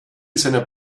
seiner